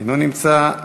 אינו נמצא,